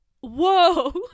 Whoa